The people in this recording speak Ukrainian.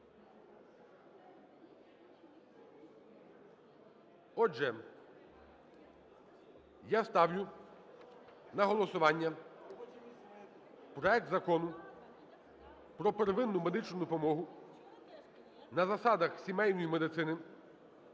Отже, я ставлю на голосування проект Закону про первинну медичну допомогу на засадах сімейної медицини